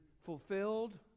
fulfilled